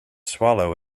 swallow